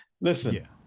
Listen